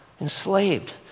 enslaved